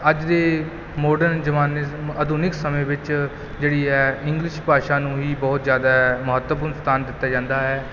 ਅੱਜ ਦੇ ਮੋਡਰਨ ਜ਼ਮਾਨੇ 'ਚ ਆਧੁਨਿਕ ਸਮੇਂ ਵਿੱਚ ਜਿਹੜੀ ਹੈ ਇੰਗਲਿਸ਼ ਭਾਸ਼ਾ ਨੂੰ ਹੀ ਬਹੁਤ ਜ਼ਿਆਦਾ ਮਹੱਤਵਪੂਰਨ ਸਥਾਨ ਦਿੱਤਾ ਜਾਂਦਾ ਹੈ